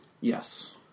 Yes